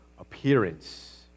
appearance